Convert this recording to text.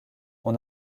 ont